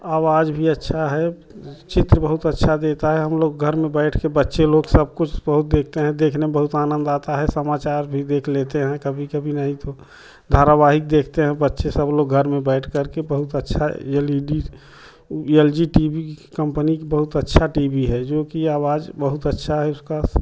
आवाज़ भी अच्छा है चित्र बहुत अच्छा देता है हम लोग घर में बैठकर बच्चे लोग सब कुछ बहुत देखते हैं देखने में बहुत आनंद आता है समाचार भी देख लेते हैं कभी कभी नहीं तो धारावाहिक देखते हैं बच्चे सब लोग घर में बैठकर के बहुत अच्छा है L E D L G T V company बहुत अच्छा टी वी है जो की आवाज़ बहुत अच्छा है उसका